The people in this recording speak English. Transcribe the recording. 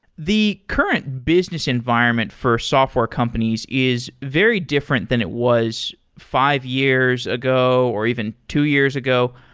the current business environment for software companies is very different than it was five years ago or even two years ago.